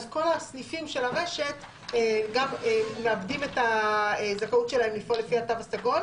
אז כל הסניפים של הרשת גם מאבדים את הזכאות שלהם לפעול לפי התו הסגול,